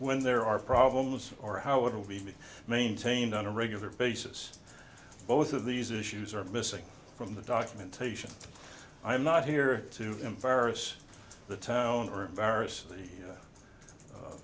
when there are problems or how it will be maintained on a regular basis both of these issues are missing from the documentation i'm not here to embarrass the town or